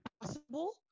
possible